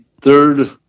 third